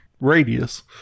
Radius